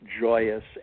joyous